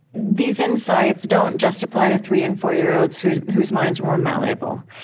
these insights don't just apply to three and four year olds whose whose minds are more malleable.